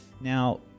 Now